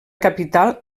capital